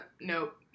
nope